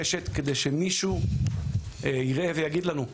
רשת על מנת שמישהו ייראה ויגיד לנו.